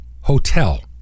hotel